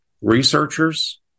researchers